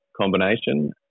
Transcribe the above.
combination